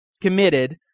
committed